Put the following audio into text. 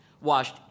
washed